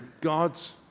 God's